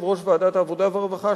יושב-ראש ועדת העבודה והרווחה,